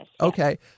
Okay